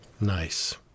Nice